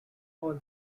all